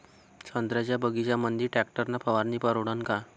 संत्र्याच्या बगीच्यामंदी टॅक्टर न फवारनी परवडन का?